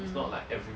mm